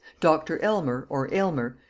dr. elmer or aylmer,